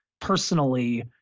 personally